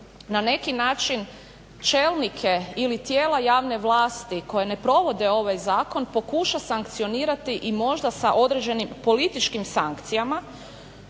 na neki način čelnike ili tijela javne vlasti koji ne provode ovaj zakon pokuša sankcionirati i možda sa određenim političkim sankcijama,